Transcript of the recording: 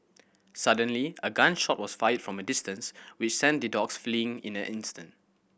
suddenly a gun shot was fired from a distance which sent the dogs fleeing in an instant